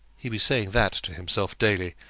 he was saying that to himself daily,